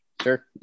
sure